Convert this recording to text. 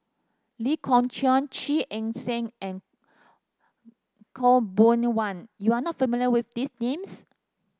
Lee Kong Chong Eng Seng and Khaw Boon Wan you are not familiar with these names